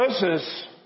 verses